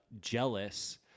jealous